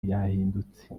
yahindutse